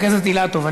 חבר הכנסת אילטוב,